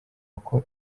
uko